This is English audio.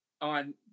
on